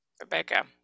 Rebecca